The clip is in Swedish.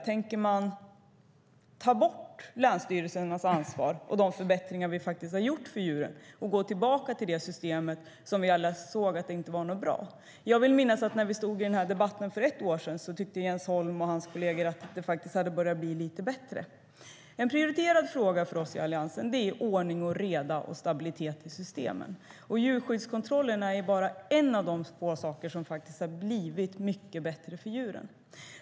Tänker man ta bort länsstyrelsernas ansvar och de förbättringar som vi faktiskt har gjort för djuren och gå tillbaka till det system som vi alla såg inte var bra? Jag vill minnas att när vi debatterade det här för ett år sedan tyckte Jens Holm och hans kolleger att det faktiskt hade börjat bli lite bättre. En prioriterad fråga för oss i Alliansen är ordning och reda och stabilitet i systemen. Djurskyddskontrollen är bara en av de saker som faktiskt har blivit mycket bättre för djuren.